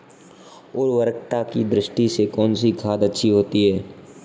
उर्वरकता की दृष्टि से कौनसी खाद अच्छी होती है?